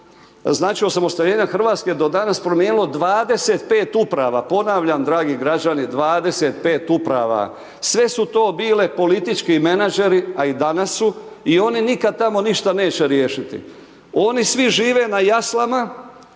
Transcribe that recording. znači, osamostaljenja RH do danas promijenilo 25 uprava, ponavljam dragi građani 25 uprava, sve su to bili politički menadžeri, a i danas su i oni nikad tamo ništa neće riješiti. Oni svi žive na jaslama